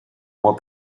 mois